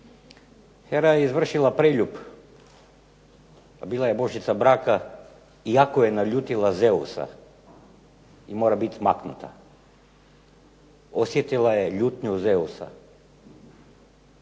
Hera je izvršila preljub, a bila je božica braka i jako je naljutila Zeusa i mora biti maknuta. Osjetila je ljutnju Zeusa.